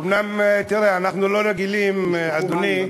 אומנם אנחנו לא רגילים, אדוני,